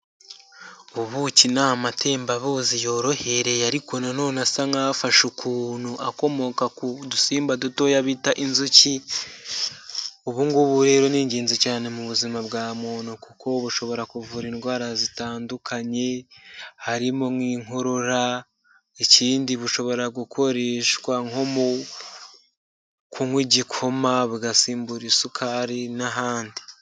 Ubuki ni amatembabuzi yorohereye ariko nanone asa nk'afashe ukuntu, akomoka ku dusimba dutoya bita inzuki, ubu ngubu rero ni ingenzi cyane mu buzima bwa muntu kuko bushobora kuvura indwara zitandukanye, harimo nk'inkorora, ikindi bushobora gukoreshwa nko kunywa igikoma bugasimbura isukari n'ahandi.